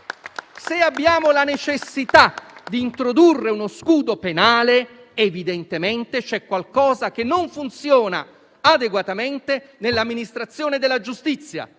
se abbiamo la necessità di introdurre uno scudo penale, evidentemente c'è qualcosa che non funziona adeguatamente nell'amministrazione della giustizia,